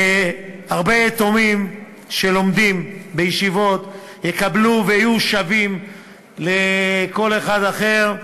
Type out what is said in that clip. הרבה יתומים שלומדים בישיבות יקבלו ויהיו שווים לכל אחד אחר.